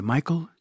Michael